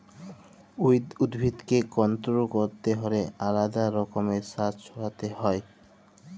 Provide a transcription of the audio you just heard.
weed উদ্ভিদকে control ক্যরতে হ্যলে আলেদা রকমের সার ছড়াতে হ্যয়